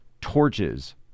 torches